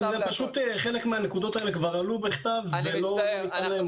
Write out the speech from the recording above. חלק מהנקודות כבר הועלו בכתב ולא ניתן להם